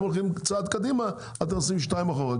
הם הולכים צעד קדימה אתם עושים שניים אחורה,